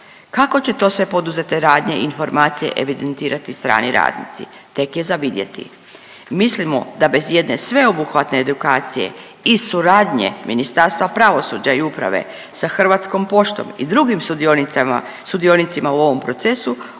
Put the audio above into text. Kako će to sve poduzete radnje i informacije evidentirati strani radnici tek je za vidjeti. Mislimo da bez jedne sveobuhvatne edukacije i suradnje Ministarstva pravosuđa i uprave sa Hrvatskom poštom i drugim sudionicima u ovom procesu,